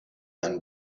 ein